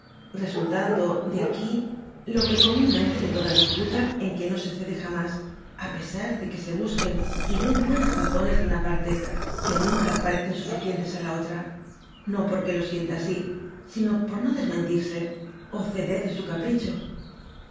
resultando de aqiií lo que comunmente de toda disputa en que no se cede jamas á pesar de que se busquen y den buenas razones de una parte que nunca parecen suficientes á la otra no porque lo sienta asi sino por no desmentirse ó ceder de su capricho